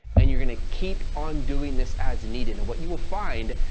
and you're going to keep on doing this as needed. and what you will find,